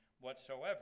whatsoever